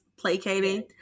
placating